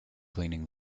cleaning